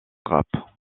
grappes